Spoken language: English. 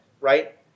right